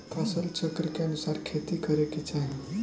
फसल चक्र के अनुसार खेती करे के चाही